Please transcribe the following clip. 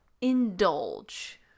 indulge